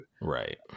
right